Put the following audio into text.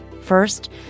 First